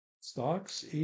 Stocks